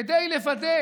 כדי לוודא